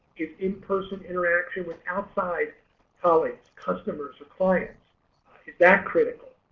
is in-person interaction with outside colleagues customers or clients is that critical.